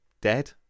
dead